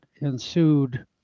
ensued